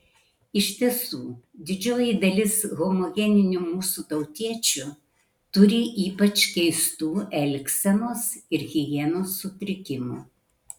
iš tiesų didžioji dalis homogeninių mūsų tautiečių turi ypač keistų elgsenos ir higienos sutrikimų